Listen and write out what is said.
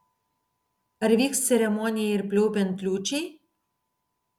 ar vyks ceremonija ir pliaupiant liūčiai